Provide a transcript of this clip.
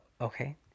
Okay